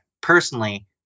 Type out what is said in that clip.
personally